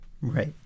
Right